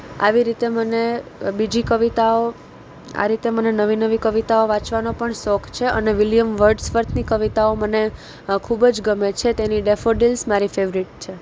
આવી રીતે મને બીજી કવિતાઓ આ રીતે મને નવી નવી કવિતાઓ વાંચવાનો પણ શોખ છે અને વિલયમ વર્ડસવર્થની કવિતાઓ મને ખૂબ જ ગમે છે તેની ડેફોડેલ્સ મારી ફેવરેટ છે